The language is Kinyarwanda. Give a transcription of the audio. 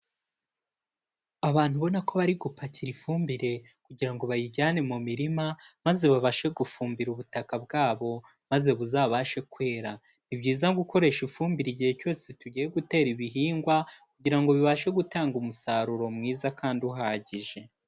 Abantu ubona ko bari gupakira ifumbire kugira ngo bayijyane mu mirima, maze babashe gufumbira ubutaka bwabo, maze buzabashe kwera, ni byiza gukoresha ifumbire igihe cyose tugiye gutera ibihingwa, kugira ngo bibashe gutanga umusaruro mwiza kandi uhagije.